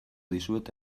dizuet